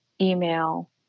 email